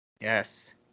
Yes